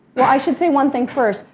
well, i should say one thing first,